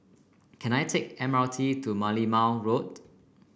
can I take M R T to Merlimau Road